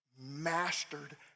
mastered